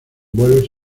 vuelos